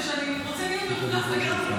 הוא רוצה להיות מנומס לגמרי.